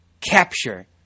capture